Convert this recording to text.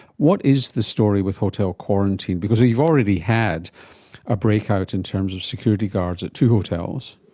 what is the story with hotel quarantine? because you've already had a breakout in terms of security guards at two hotels.